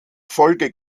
folge